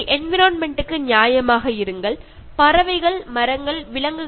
എപ്പോഴും ഒരു ജൈവ കേന്ദ്രീകൃത ചിന്താഗതി ഉണ്ടാക്കാൻ ശ്രദ്ധിക്കുക